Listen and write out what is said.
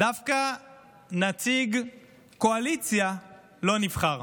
דווקא נציג קואליציה לא נבחר.